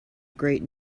great